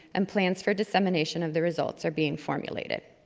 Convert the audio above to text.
and plans for dissemination of the results are being formulated.